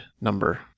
number